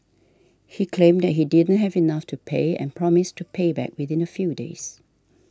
he claimed that he didn't have enough to pay and promised to pay back within a few days